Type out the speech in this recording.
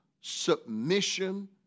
submission